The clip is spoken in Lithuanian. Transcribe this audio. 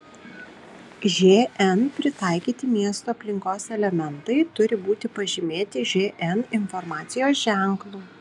žn pritaikyti miesto aplinkos elementai turi būti pažymėti žn informacijos ženklu